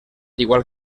igual